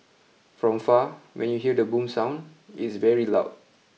from far when you hear the boom sound it's very loud